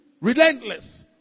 relentless